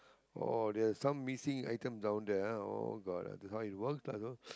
oh there is some missing items down there ah oh god that's how it works lah so